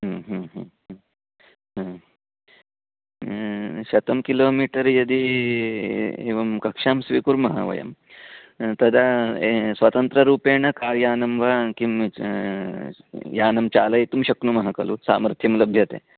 शतं किलोमीटर् यदि एवं कक्षां स्वीकुर्मः वयं तदा स्वतन्त्ररूपेण कार् यानं वा किं यानं चालयितुं शक्नुमः खलु सामर्थ्यं लभ्यते